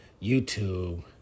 YouTube